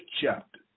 chapter